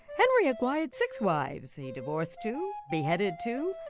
henry acquired six wives, and he divorced two, beheaded two,